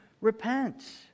repent